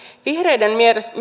vihreiden mielestä